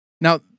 Now